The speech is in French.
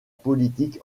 politique